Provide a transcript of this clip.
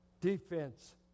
defense